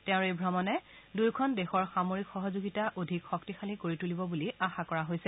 তেওঁৰ এই ভ্ৰমণে দুয়োখন দেশৰ সামৰিক সহযোগিতা অধিক শক্তিশালী কৰি তুলিব বুলি আশা কৰা হৈছে